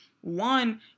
one